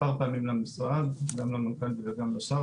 פנינו מספר פעמים למשרד, למנכ"לית ולשר.